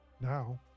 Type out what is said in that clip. Now